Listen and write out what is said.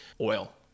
oil